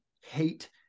hate